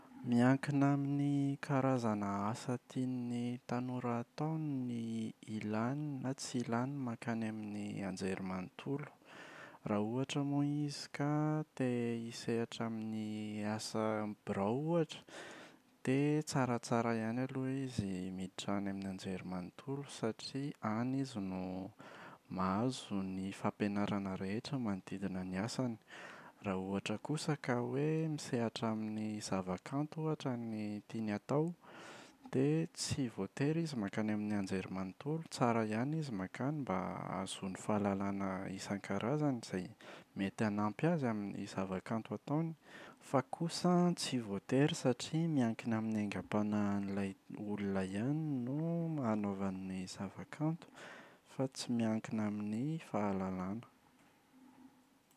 Miankina amin’ny karazana asa tian’ny tanora atao ny ilàny na tsy ilàny mankany amin’ny anjery manontolo. Raha ohatra moa izy ka te hisehatra amin’ny asa amin’ny birao ohatra dia tsaratsara ihany aloha izy miditra amin’ny anjery manontolo satria any izy no mahazo ny fampianarana rehetra manodidina ny asany. Raha ohatra kosa ka hoe misehatra amin’ny zava-kanto ohatra ny tiany atao, dia tsy voatery izy mankany amin’ny anjery manontolo. Tsara ihany izy mankany mba ahazoany fahalalana isan-karazany izay mety hanampy azy amin’ny zava-kanto ataony fa kosa an tsy voatery satria miankina amin’ny aingam-panahin’ilay olona ihany no anaovany zava-kanto fa tsy miankina amin’ny fahalalana.